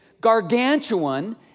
gargantuan